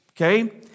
Okay